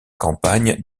campagne